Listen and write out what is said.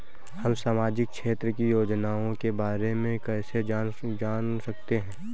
हम सामाजिक क्षेत्र की योजनाओं के बारे में कैसे जान सकते हैं?